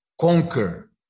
conquer